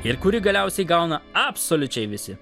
ir kurį galiausiai gauna absoliučiai visi